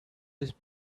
these